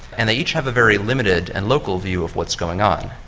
and they each have a very limited and local view of what's going on.